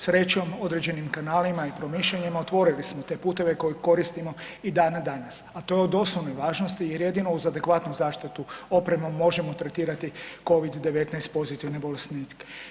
Srećom određenim kanalima i promišljanjima otvorili smo te puteve koje koristimo i dan danas, a to je od osnovne važnosti jer jedino uz adekvatnu zaštitu opremom možemo tretirati Covid-19 pozitivne bolesnike.